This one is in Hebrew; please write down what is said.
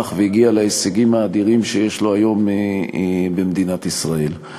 והגיע להישגים האדירים שיש לו היום במדינת ישראל.